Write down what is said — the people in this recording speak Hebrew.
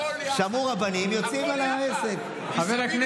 שמעו רבנים, יוצאים על, הכול יחד.